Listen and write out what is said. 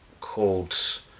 called